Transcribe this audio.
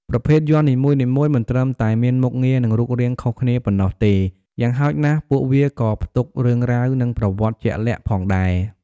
ប្រភេទយ័ន្តនីមួយៗមិនត្រឹមតែមានមុខងារ និងរូបរាងខុសគ្នាប៉ុណ្ណោះទេ យ៉ាងហោចណាស់ ពួកវាក៏ផ្ទុករឿងរ៉ាវ និងប្រវត្តិជាក់លាក់ផងដែរ ។